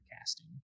casting